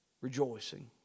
rejoicing